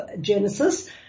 Genesis